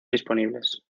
disponibles